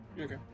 Okay